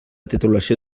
titulació